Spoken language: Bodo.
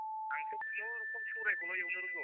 आंथ खुनुरुखुम सौरायखौल' एवनो रोंगौ